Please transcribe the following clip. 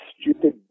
stupid